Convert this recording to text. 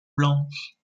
blanche